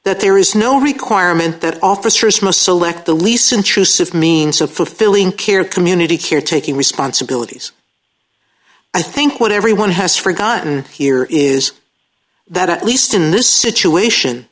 that there is no requirement that officers must select the lease intrusive means so fulfilling care community care taking responsibilities i think what everyone has forgotten here is that at least in this situation